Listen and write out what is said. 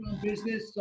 business